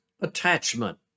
attachment